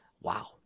Wow